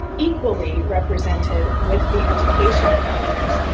equally represented with the education partners,